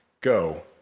go